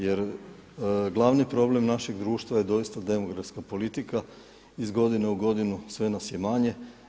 Jer glavni problem našeg društva je doista demografska politika, iz godine u godinu sve nas je manje.